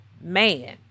Man